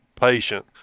patient